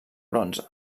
bronze